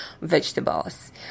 vegetables